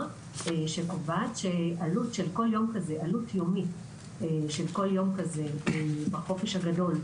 שקובעת שעלות יומית של כל יום כזה בחופש הגדול,